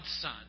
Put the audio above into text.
son